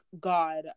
God